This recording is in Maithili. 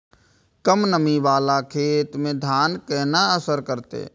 कम नमी वाला खेत में धान केना असर करते?